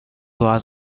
was